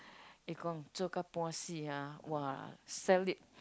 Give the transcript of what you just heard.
eh gong 这个 puo xi ah !wah! sell it